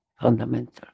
fundamental